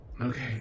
Okay